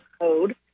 code